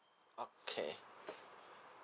okay